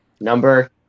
Number